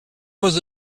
was